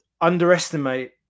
underestimate